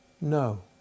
No